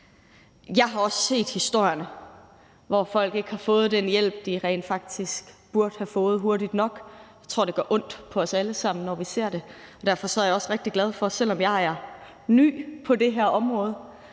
Jeg har også set historierne, hvor folk ikke har fået den hjælp, de rent faktiske burde have fået, hurtigt nok. Jeg tror, det gør ondt på os alle sammen, når vi ser det, og selv om jeg er ny på det her område,